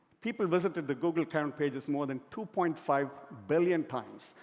people visited the google account pages more than two point five billion times,